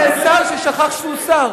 שר ששכח שהוא שר.